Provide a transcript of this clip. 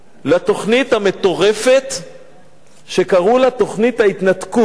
לתוכנית המטורפת שקראו לה "תוכנית ההתנתקות",